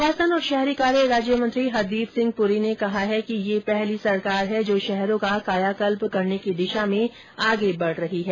आवासन और शहरी कार्य राज्यमंत्री हरदीप सिंह पुरी ने कहा है कि यह पहली सरकार है जो शहरों का कायाकल्प करने की दिशा में आगे बढ़ रही है